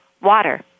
Water